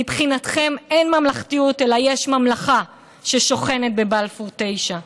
מבחינתכם אין ממלכתיות אלא יש ממלכה ששוכנת בבלפור 9,